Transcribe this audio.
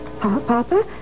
Papa